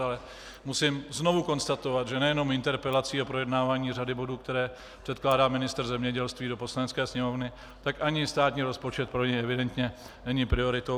Ale musím znovu konstatovat, že nejenom interpelací a projednávání řady bodů, které předkládá ministr zemědělství do Poslanecké sněmovny, tak ani státní rozpočet pro něj evidentně není prioritou.